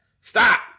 Stop